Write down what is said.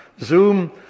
Zoom